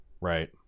Right